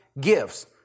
gifts